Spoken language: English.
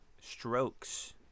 Strokes